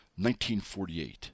1948